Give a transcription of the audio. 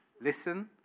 listen